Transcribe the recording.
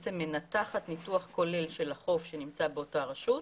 בעצם מנתחת ניתוח כולל של החוף שנמצא באותה רשות,